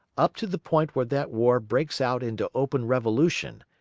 up to the point where that war breaks out into open revolution,